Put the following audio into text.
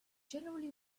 generally